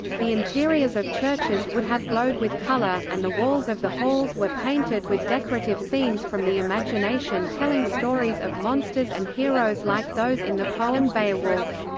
the interiors of churches would have glowed with colour, and the walls of the halls were painted with decorative scenes from the imagination telling stories of monsters and heroes like those in the poem beowulf.